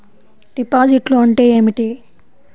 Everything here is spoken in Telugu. డిపాజిట్లు అంటే ఏమిటి?